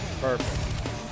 Perfect